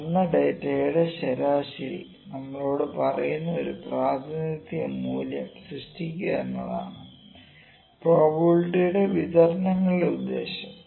അളന്ന ഡാറ്റയുടെ ശരാശരി നമ്മോട് പറയുന്ന ഒരു പ്രതിനിധി മൂല്യം സൃഷ്ടിക്കുക എന്നതാണ് പ്രോബബിലിറ്റി വിതരണങ്ങളുടെ ഉദ്ദേശ്യം